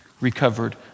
recovered